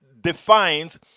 defines